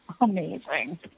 amazing